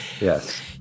yes